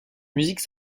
musique